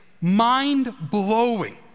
mind-blowing